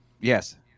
Yes